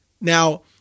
Now